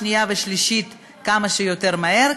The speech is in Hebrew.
שנייה ושלישית כמה שיותר מהר,